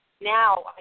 now